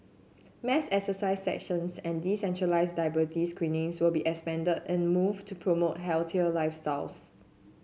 mass exercise sessions and decentralised diabetes screening will be expanded in move to promote healthier lifestyles